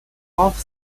half